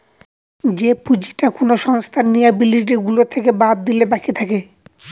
যে পুঁজিটা কোনো সংস্থার লিয়াবিলিটি গুলো থেকে বাদ দিলে বাকি থাকে